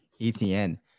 ETN